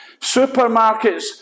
Supermarkets